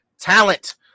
talent